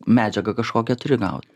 medžiagą kažkokią turi gaut